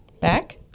Back